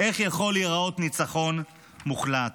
איך יכול להראות ניצחון מוחלט?